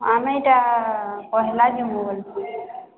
ଆମେ ଏଇଟା ପହେଲା ଯିହୁଁ ବୋଲିଛୁଁ